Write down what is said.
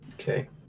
Okay